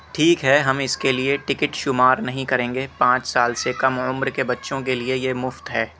ٹھیک ہے ہم اس کے لیے ٹکٹ شمار نہیں کریں گے پانچ سال سے کم عمر کے بچوں کے لیے یہ مفت ہے